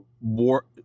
war